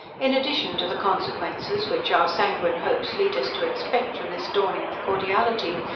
in addition to the consequences which our sanguine hopes led us to expect from this dawning of cordiality,